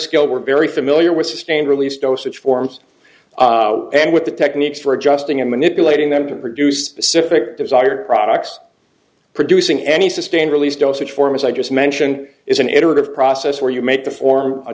skilled were very familiar with sustained release dosage forms and with the techniques for adjusting and manipulating them to produce specific desired products producing any sustained release dosage form as i just mentioned is an iterative process where you make the form